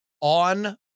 on